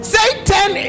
Satan